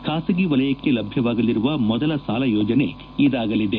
ಖಾಸಗಿ ವಲಯಕ್ಕೆ ಲಭ್ಯವಾಗಲಿರುವ ಮೊದಲ ಸಾಲ ಯೋಜನೆ ಇದಾಗಲಿದೆ